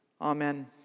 Amen